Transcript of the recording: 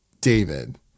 David